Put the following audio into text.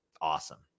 awesome